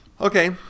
Okay